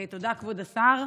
תודה, כבוד השר.